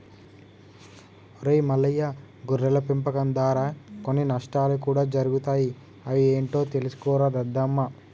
ఒరై మల్లయ్య గొర్రెల పెంపకం దారా కొన్ని నష్టాలు కూడా జరుగుతాయి అవి ఏంటో తెలుసుకోరా దద్దమ్మ